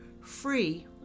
free